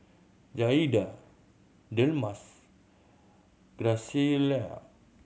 Jaeda Delmas Graciela